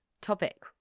topic